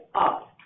up